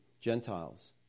Gentiles